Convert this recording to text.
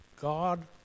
God